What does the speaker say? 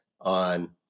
on